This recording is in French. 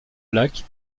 lac